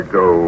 go